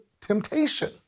temptation